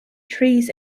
trees